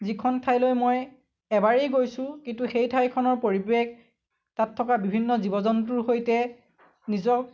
যিখন ঠাইলৈ মই এবাৰেই গৈছোঁ কিন্তু সেই ঠাইখনৰ পৰিৱেশ তাত থকা বিভিন্ন জীৱ জন্তুৰ সৈতে নিজক